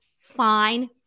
fine